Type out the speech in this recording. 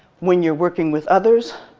when you're working with others,